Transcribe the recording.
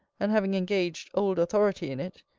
and having engaged old authority in it,